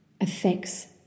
affects